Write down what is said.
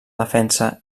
defensa